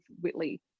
Whitley